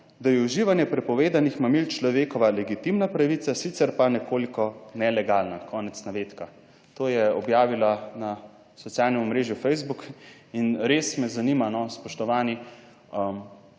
»da je uživanje prepovedanih mamil človekova legitimna pravica, sicer pa nekoliko nelegalna.« Konec navedka. To je objavila na socialnem omrežju Facebook. In res me zanima, spoštovani,